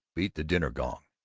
beat the dinner-gong.